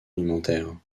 alimentaire